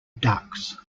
ducks